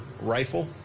rifle